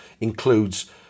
includes